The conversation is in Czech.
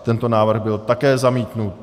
Tento návrh byl také zamítnut.